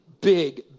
big